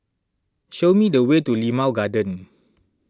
show me the way to Limau Garden